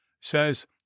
says